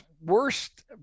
worst